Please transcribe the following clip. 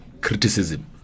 criticism